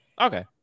Okay